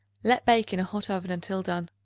let bake in a hot oven until done.